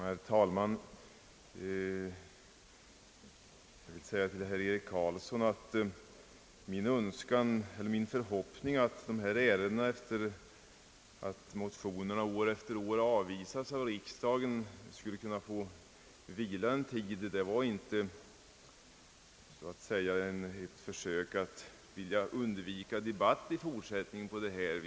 Herr talman! Jag vill säga till herr Eric Carlsson att min förhoppning att dessa ärenden efter det att motioner år efter år har avvisats av riksdagen skulle få vila en tid inte innebär ett försök att vilja undvika debatt i fortsättningen på detta område.